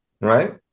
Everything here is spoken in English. right